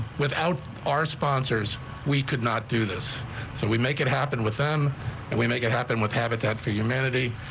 without our sponsors we could not do this. so we make it happen with them and we make it happen with habitat for humanity.